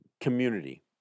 community